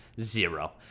Zero